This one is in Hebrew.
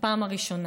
בפעם הראשונה.